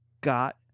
got